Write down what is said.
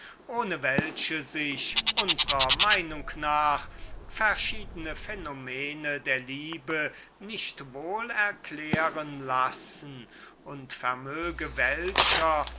ohne welche sich unsrer meinung nach verschiedene phänomena der liebe nicht wohl erklären lassen und vermöge